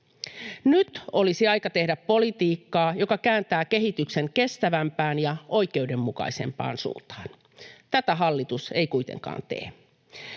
Nyt olisi aika tehdä politiikkaa, joka kääntää kehityksen kestävämpään ja oikeudenmukaisempaan suuntaan. Tätä hallitus ei kuitenkaan tee.